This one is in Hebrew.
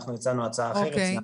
אנחנו הצענו הצעה אחרת.